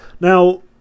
Now